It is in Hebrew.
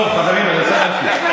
טוב, חברים, אני רוצה להמשיך.